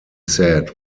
said